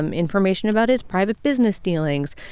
um information about his private business dealings,